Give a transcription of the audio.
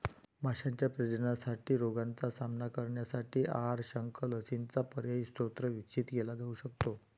माशांच्या प्रजननासाठी रोगांचा सामना करण्यासाठी आहार, शंख, लसींचा पर्यायी स्रोत विकसित केला जाऊ शकतो